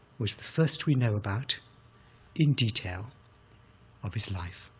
was the first we know about in detail of his life,